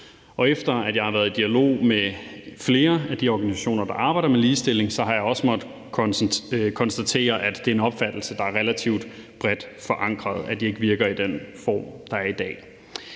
Efter at jeg har været i dialog med flere af de organisationer, der arbejder med ligestilling, har jeg også måttet konstatere, at det er en opfattelse, der er relativt bredt forankret, altså at de ikke virker i den form, de har i dag.